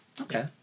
Okay